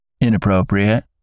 inappropriate